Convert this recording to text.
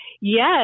Yes